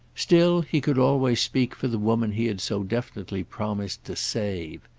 still, he could always speak for the woman he had so definitely promised to save.